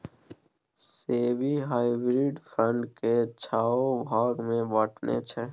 SEBI hybrid fund केँ छओ भाग मे बँटने छै